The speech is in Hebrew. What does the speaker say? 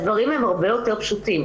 הדברים הם הרבה יותר פשוטים,